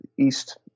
east